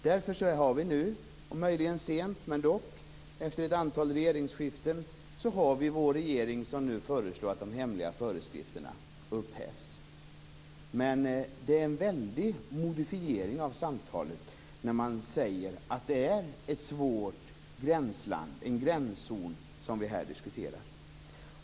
Därför har vi nu - möjligen sent, men ändå - efter ett antal regeringsskiften ett förslag från regeringen om att de hemliga föreskrifterna skall upphävas. Men det är en väldig modifiering av samtalet när man säger att det är en gränszon som vi här diskuterar.